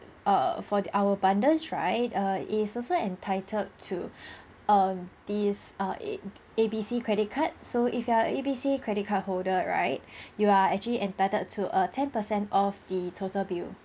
err for the our bundles right err is also entitled to err these err A A B C credit card so if you are A B C credit card holder right you are actually entitled to a ten percent off the total bill